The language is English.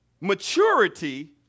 maturity